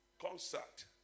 concert